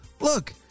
look